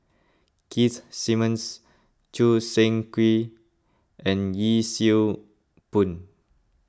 Keith Simmons Choo Seng Quee and Yee Siew Pun